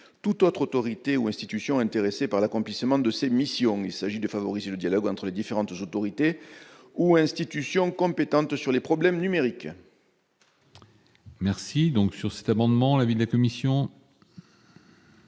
toute autre autorité ou institution intéressée par l'accomplissement de ses missions. Il s'agit de favoriser le dialogue entre les différentes autorités ou institutions compétentes sur les problèmes numériques. Quel est l'avis de la commission ?